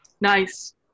Nice